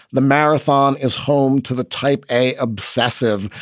the marathon is home to the type a obsessive.